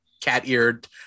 cat-eared